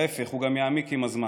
להפך, הוא גם יעמיק עם הזמן.